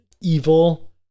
evil